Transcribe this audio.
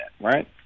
right